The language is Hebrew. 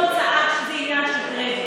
מישהו פה צעק שזה עניין של קרדיט.